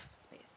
space